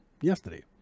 yesterday